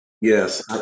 Yes